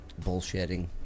bullshitting